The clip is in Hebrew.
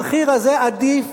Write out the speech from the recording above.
המחיר הזה עדיף